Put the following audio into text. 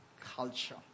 culture